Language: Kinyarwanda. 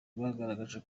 bwagaragaje